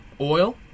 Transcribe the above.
oil